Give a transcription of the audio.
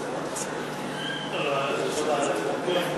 לך.